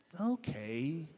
okay